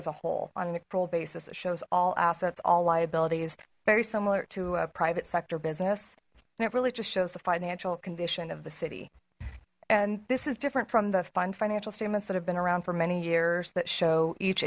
accrual basis it shows all assets all liabilities very similar to a private sector business and it really just shows the financial condition of the city and this is different from the fund financial statements that have been around for many years that show each